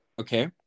okay